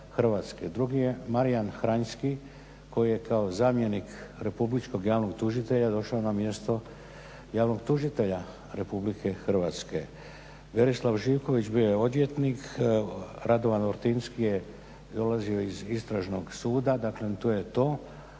Drugi je Marijan Hranjski koji je kao zamjenik republičkog javnog tužitelja došao na mjesto javnog tužitelja Republike Hrvatske. Berislav Živković bio je odvjetnik. Radovan Ortinski je dolazio iz istražnog suda. Daklem, to je to.